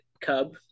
Cub